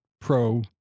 pro